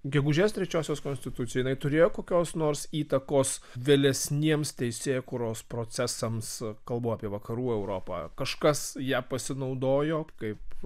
gegužės trečiosios konstitucija jinai turėjo kokios nors įtakos vėlesniems teisėkūros procesams kalbu apie vakarų europą kažkas ja pasinaudojo kaip